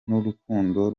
n’urukundo